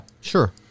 sure